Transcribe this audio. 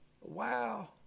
Wow